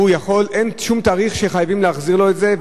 אין שום תאריך שבו חייבים להחזיר לו את זה,